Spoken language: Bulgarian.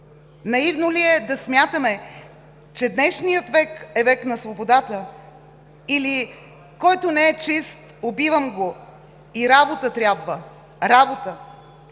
Наивно ли е да смятаме, че днешният век е век на свободата или: „Който не е чист – убивам го“, и: „Работа трябва! Работа!“